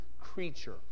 creature